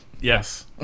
Yes